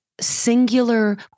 singular